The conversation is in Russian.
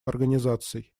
организаций